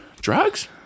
Drugs